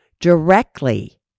directly